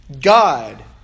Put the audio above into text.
God